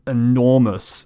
enormous